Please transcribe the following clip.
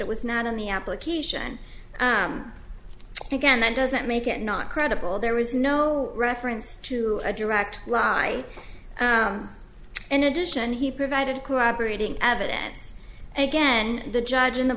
it was not on the application again that doesn't make it not credible there was no reference to a direct lie and in addition he provided corroborating evidence and again the judge and the